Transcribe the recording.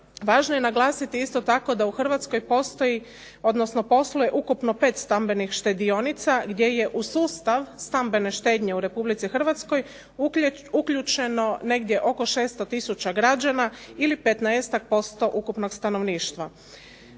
Važno je naglasiti da u Hrvatskoj postoji odnosno posluje ukupno 5 stambenih štedionica gdje je u sustav stambene štednje u Hrvatskoj uključeno negdje oko 600 tisuća građana ili 15% ukupnog stanovništva.